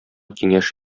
киңәш